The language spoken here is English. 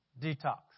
Detox